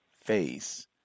face